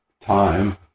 time